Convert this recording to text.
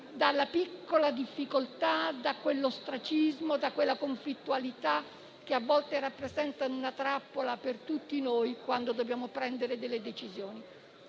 dalla piccola difficoltà, dall'ostracismo, dalla conflittualità che a volte rappresentano una trappola per tutti noi quando dobbiamo prendere delle decisioni.